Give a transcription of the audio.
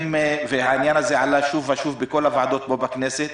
והעניין עלה שוב ושוב בכל הוועדות פה בכנסת.